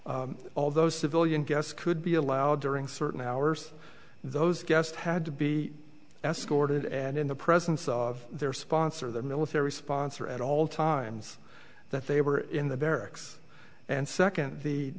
those civilian guests could be allowed during certain hours those guest had to be escorted and in the presence of their sponsor their military sponsor at all times that they were in the barracks and second the